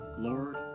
Lord